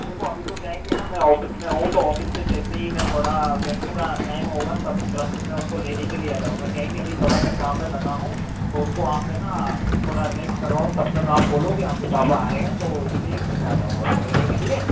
देखो अभी तो क्या है की है ना मैं ऑफिस में हूँ तो ऑफिस से जैसे ही मैं थोड़ा लंच का टाइम होगा तब तुरंत में उसको लेने के लिए आ जाऊंगा क्या है की अभी थोड़ा मैं काम में लगा हूँ तो उसको आप है ना थोड़ा रिलैक्स करवाओ तब तक आप बोलो कि आपके पापा आ रहे हैं तो इसलिए फिर में आ जाएगा आपको लेने के लिए